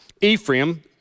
Ephraim